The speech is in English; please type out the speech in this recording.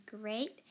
great